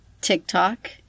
TikTok